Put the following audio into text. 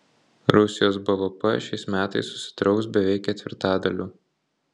rusijos bvp šiais metais susitrauks beveik ketvirtadaliu